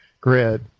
grid